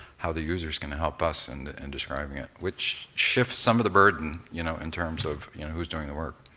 how the users can help us and in describing it, which shifts some of the burden, you know in terms of who's doing the work.